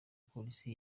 polisi